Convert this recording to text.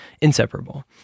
inseparable